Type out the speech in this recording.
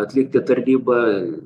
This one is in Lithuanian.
atlikti tarnybą